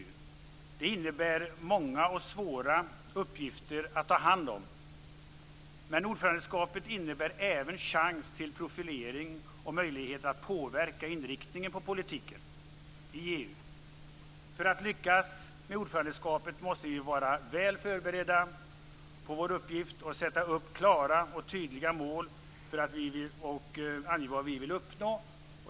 Det innebär många och svåra uppgifter att ta hand om. Men ordförandeskapet innebär även chans till profilering och möjlighet att påverka inriktningen på politiken i EU. För att lyckas med ordförandeskapet måste vi vara väl förberedda på vår uppgift, sätta upp klara och tydliga mål och ange vad vi vill uppnå.